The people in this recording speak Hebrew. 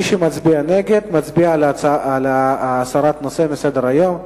מי שמצביע נגד, מצביע על הסרת הנושא מסדר-היום.